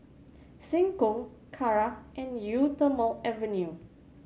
Seng Choon Kara and Eau Thermale Avene